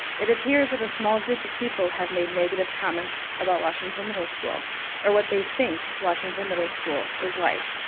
it appears that a small group of people have made negative comments about washington middle school come or what they think washington middle school is like.